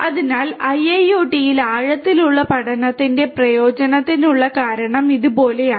അതിനാൽ IIoT ൽ ആഴത്തിലുള്ള പഠനത്തിന്റെ പ്രയോജനത്തിനുള്ള കാരണം ഇതുപോലെയാണ്